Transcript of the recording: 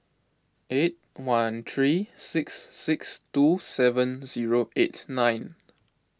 eight one three six six two seven zero eight nine